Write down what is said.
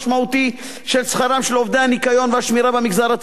של שכרם של עובדי הניקיון והשמירה במגזר הציבורי,